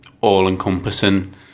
all-encompassing